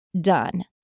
done